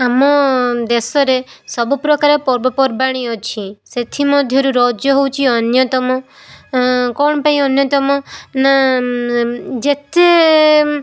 ଆମ ଦେଶରେ ସବୁ ପ୍ରକାର ପର୍ବପର୍ବାଣୀ ଅଛି ସେଥିମଧ୍ୟରୁ ରଜ ହଉଛି ଅନ୍ୟତମ କ'ଣ ପାଇଁ ଅନ୍ୟତମ ନା ଯେତେ